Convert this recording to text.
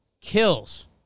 Kills